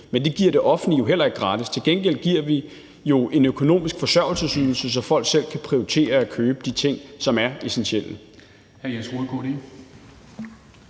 men det giver det offentlige jo heller ikke gratis. Til gengæld giver vi jo en økonomisk forsørgelsesydelse, så folk selv kan prioritere at købe de ting, som er essentielle.